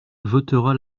votera